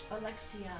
Alexia